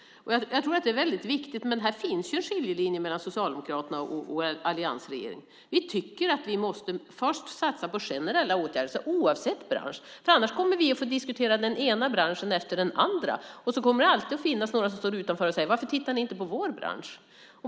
Jag tror att det är väldigt viktigt, men här finns en skiljelinje mellan Socialdemokraterna och alliansregeringen. Vi tycker att vi först måste satsa på generella åtgärder, oavsett bransch. Annars kommer vi att få diskutera den ena branschen efter den andra, och så kommer det alltid att finnas några som står utanför och säger: Varför tittar ni inte på vår bransch?